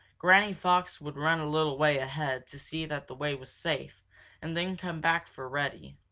granny fox would run a little way ahead to see that the way was safe and then come back for reddy.